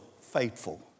faithful